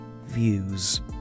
Views